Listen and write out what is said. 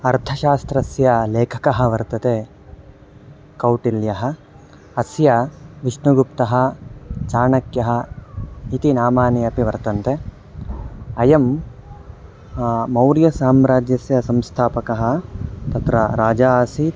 अर्थशास्त्रस्य लेखकः वर्तते कौटिल्यः अस्य विष्णुगुप्तः चाणक्यः इति नामानि अपि वर्तन्ते अयं मौर्यसाम्राज्यस्य संस्थापकः तत्र राजा आसीत्